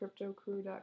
CryptoCrew.com